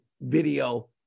video